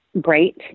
great